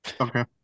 okay